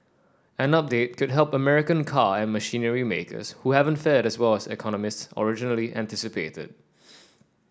an update could help American car and machinery makers who haven't fared as well as economists originally anticipated